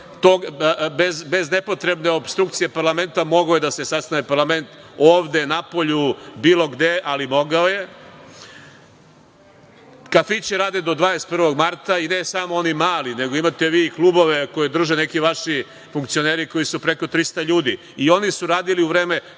bez nepotrebne opstrukcije parlamenta mogao je da se sastane parlament ovde, napolju, bilo gde, ali mogao je. Kafići rade do 21. marta i ne samo oni mali, nego imate vi i klubove koje drže neki vaši funkcioneri koji su preko 300 ljudi i oni su radili u vreme